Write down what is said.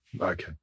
Okay